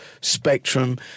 Spectrum